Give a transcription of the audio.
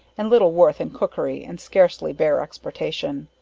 and little worth in cookery, and scarcely bear exportation.